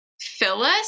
Phyllis